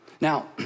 Now